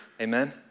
Amen